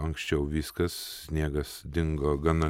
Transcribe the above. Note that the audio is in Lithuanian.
anksčiau viskas sniegas dingo gana